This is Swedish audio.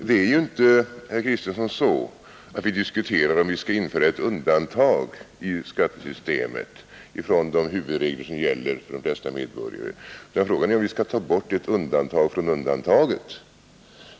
Det är ju inte så, herr Kristenson, att vi diskuterar huruvida vi i skattesystemet skall införa ett undantag från de huvudregler som gäller för de flesta medborgare, utan frågan är om vi skall ta bort ett undantag från undantaget.